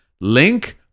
Link